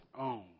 own